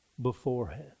beforehand